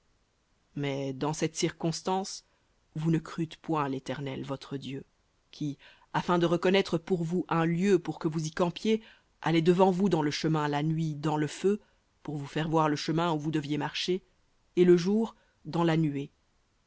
mais dans cette circonstance vous ne crûtes point l'éternel votre dieu qui afin de reconnaître pour vous un lieu pour que vous y campiez allait devant vous dans le chemin la nuit dans le feu pour vous faire voir le chemin où vous deviez marcher et le jour dans la nuée